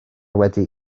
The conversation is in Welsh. wedi